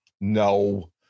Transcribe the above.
No